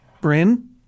Bryn